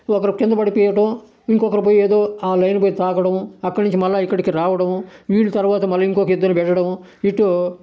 ఒకరు కింద పడిపోవటం ఇంకొకరు పోయి ఏదో ఆ లైన్ పోయి తాకడం అక్కడి నుంచి మళ్ళా ఇక్కడికి రావడము వీళ్ళు తర్వాత మళ్ళా ఇంకొక ఇద్దరికి పెట్టటము ఇటూ